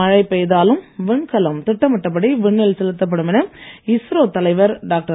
மழை பெய்தாலும் விண்கலம் திட்டமிட்டப்படி விண்ணில் செலுத்தப்படும் என இஸ்ரோ தலைவர் டாக்டர்